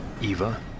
Eva